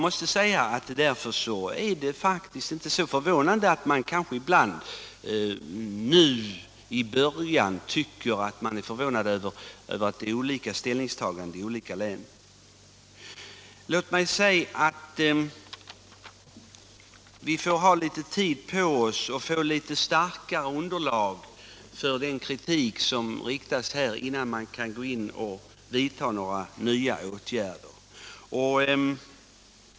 Därför är det inte så förvånande att det förekommer olika ställningstaganden i olika län. Vi får också ta litet mera tid på oss och samla ett något starkare underlag för en kritik mot lagen innan vi vidtar några nya åtgärder.